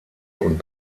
und